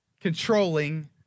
controlling